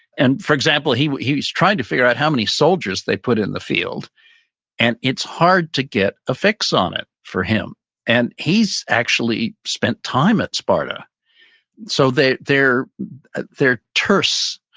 and for example, he he is trying to figure out how many soldiers they put in the field and it's hard to get a fix on it for him and he's actually spent time at sparta so they're they're terse.